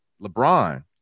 LeBron